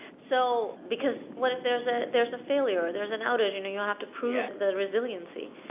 so because what if there's ah there's a failure or there's an outage? and you you have to prove the resiliency.